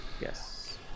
Yes